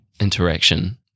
interaction